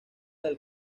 del